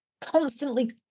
constantly